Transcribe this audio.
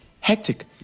Hectic